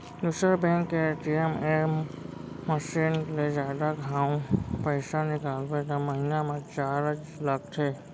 दूसर बेंक के ATM machine ले जादा घांव पइसा निकालबे त महिना म चारज लगथे